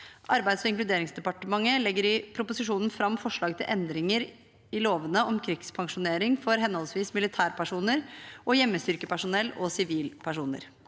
Arbeids- og inkluderingsdepartementet legger i proposisjonen fram forslag til endringer i lovene om krigspensjonering for henholdsvis militærpersoner, hjemmestyrkepersonell og sivilpersoner.